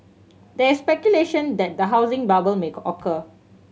there is speculation that the housing bubble make occur